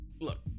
look